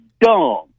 dumb